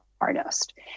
artist